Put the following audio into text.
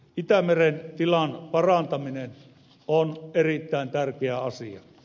itämeren tilan parantaminen on erittäin tärkeä asia